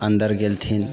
अन्दर गेलथिन